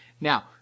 now